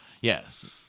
Yes